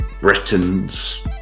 Britons